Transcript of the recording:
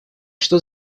что